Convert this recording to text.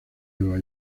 nueva